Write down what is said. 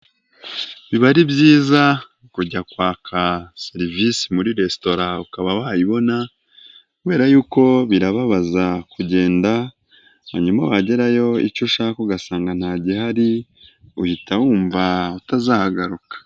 Biba ari byiza kujya kwaka serivisi muri resitora ukaba wayibona, kubera yuko birababaza kugenda hanyuma wagerayo icyo ushaka ugasanga ntagihari, uhita wumva utazahagaruka.